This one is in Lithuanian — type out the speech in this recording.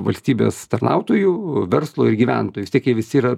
valstybės tarnautojų verslo ir gyventojų vis tiek jie visi yra